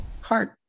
heart